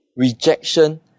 rejection